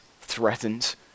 threatened